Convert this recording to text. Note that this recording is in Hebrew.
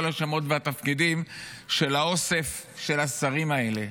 השמות והתפקידים של האוסף של השרים האלה.